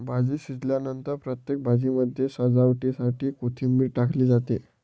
भाजी शिजल्यानंतर प्रत्येक भाजीमध्ये सजावटीसाठी कोथिंबीर टाकली जाते